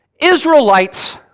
Israelites